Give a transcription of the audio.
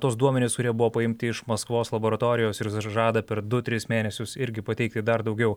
tuos duomenis kurie buvo paimti iš maskvos laboratorijos ir žada per du tris mėnesius irgi pateikti dar daugiau